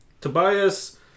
Tobias